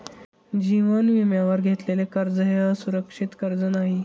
जीवन विम्यावर घेतलेले कर्ज हे असुरक्षित कर्ज नाही